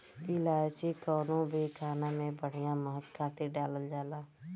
इलायची कवनो भी खाना में बढ़िया महक खातिर डालल जाला